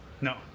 No